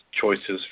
choices